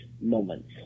moments